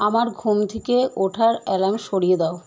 আমার ঘুম থেকে ওঠার অ্যালার্ম সরিয়ে দাও